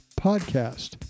podcast